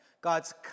God's